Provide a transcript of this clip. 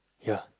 ya